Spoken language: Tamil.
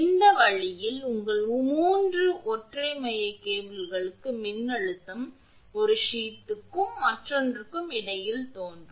இந்த வழியில் உங்கள் 3 ஒற்றை மைய கேபிள்களுக்கு மின்னழுத்தம் ஒரு சீத்க்கும் மற்றொன்றுக்கும் இடையில் தோன்றும்